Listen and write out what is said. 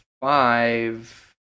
five